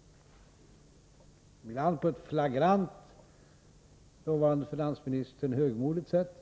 — ibland på ett från den dåvarande finansministerns sida flagrant högmodigt sätt.